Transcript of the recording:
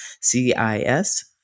CIS